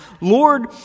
Lord